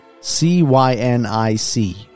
C-Y-N-I-C